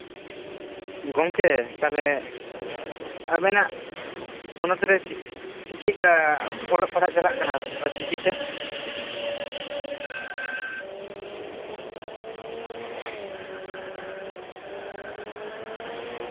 ᱜᱚᱝᱠᱮ ᱛᱟᱞᱦᱮ ᱟᱵᱮᱱᱟᱜ ᱦᱚᱱᱚᱛ ᱨᱮ ᱪᱮᱫᱞᱮᱠᱟ ᱚᱞᱚᱜ ᱯᱟᱲᱦᱟᱜ ᱪᱟᱞᱟᱜ ᱠᱟᱱᱟ ᱚᱞᱪᱤᱠᱤ ᱛᱮ